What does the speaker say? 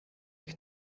que